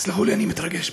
תסלחו לי, אני מתרגש.